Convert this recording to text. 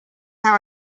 how